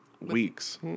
weeks